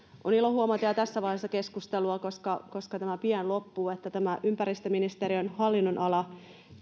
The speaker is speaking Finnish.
on ilo huomata jo tässä vaiheessa keskustelua koska koska tämä pian loppuu että tämä ympäristöministeriön hallinnonala